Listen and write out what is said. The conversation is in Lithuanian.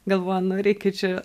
galvoju nu reikia čia